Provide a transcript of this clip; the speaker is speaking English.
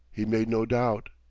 he made no doubt.